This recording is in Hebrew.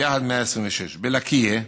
וביחד 126. בלקיה,